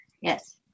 Yes